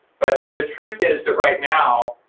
but the truth is that right now,